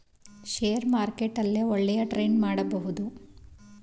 share market ಅಲ್ಲೇ ಒಳ್ಳೆಯ trade ಮಾಡಬಹುದು